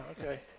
okay